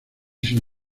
sin